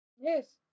Yes